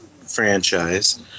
franchise